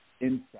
inside